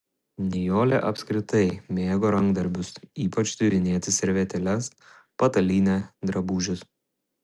nijolė apskritai mėgo rankdarbius ypač siuvinėti servetėles patalynę drabužius